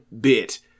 bit